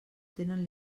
tenen